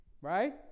right